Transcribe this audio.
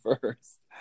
first